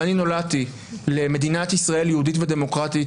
ואני נולדתי למדינת ישראל יהודית ודמוקרטית,